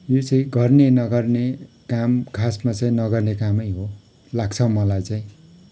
यो चाहिँ गर्ने नगर्ने काम खासमा चाहिँ नगर्ने कामै हो लाग्छ मलाई चाहिँ